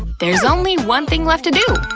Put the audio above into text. there's only one thing left to do.